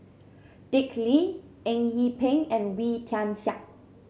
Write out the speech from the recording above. Dick Lee Eng Yee Peng and Wee Tian Siak